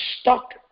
stuck